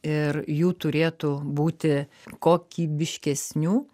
ir jų turėtų būti kokybiškesnių